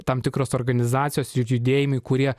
tam tikros organizacijos jų judėjimai kurie